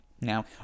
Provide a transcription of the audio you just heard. Now